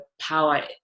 power